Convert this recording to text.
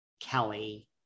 kelly